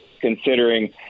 considering